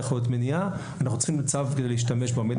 זאת יכולה להיות מניעה צו כדי להשתמש במידע.